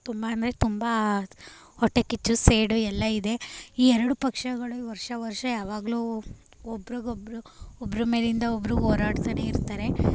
ತುಂಬ ಅಂದರೆ ತುಂಬ ಹೊಟ್ಟೆಕಿಚ್ಚು ಸೇಡು ಎಲ್ಲ ಇದೆ ಈ ಎರಡು ಪಕ್ಷಗಳು ವರ್ಷ ವರ್ಷ ಯಾವಾಗಲೂ ಒಬ್ರ್ಗೊಬ್ರು ಒಬ್ರು ಮೇಲಿಂದ ಒಬ್ರು ಹೋರಾಡ್ತಲೇ ಇರ್ತಾರೆ